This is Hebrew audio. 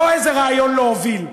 לא איזה רעיון להוביל,